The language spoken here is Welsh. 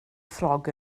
ffrog